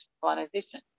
colonization